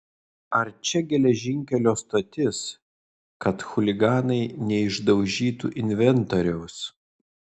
ar čia geležinkelio stotis kad chuliganai neišdaužytų inventoriaus